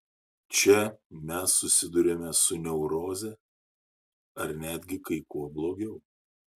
čia mes susiduriame su neuroze ar netgi kai kuo blogiau